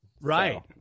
Right